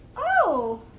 oh,